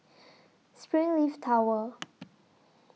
Springleaf Tower